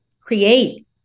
create